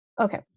Okay